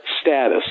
status